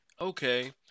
Okay